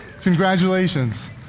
Congratulations